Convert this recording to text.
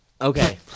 Okay